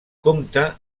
compta